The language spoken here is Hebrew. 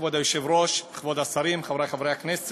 כבוד היושב-ראש, כבוד השרים, חברי חברי הכנסת,